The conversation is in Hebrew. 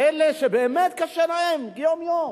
אלה שבאמת קשה להם יום-יום,